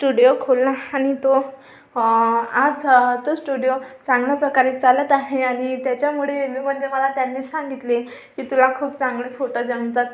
studio खोलला आणि तो आज तो स्टुडिओ चांगल्या प्रकारे चालत आहे आणि त्याच्यामुळे मी म्हणते मला त्यांनीच सांगितले की तुला खूप चांगले फोटो जमतात